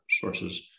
sources